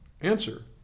answer